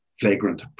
flagrant